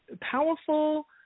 powerful